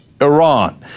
Iran